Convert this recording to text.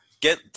Get